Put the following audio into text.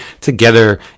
together